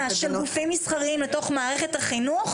של גופים מסחריים לתוך מערכת החינוך,